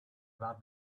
about